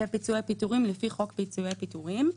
ופיצויי פיטורים לפי חוק פיצויי פיטורים.